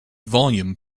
volume